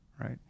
right